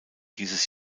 dieses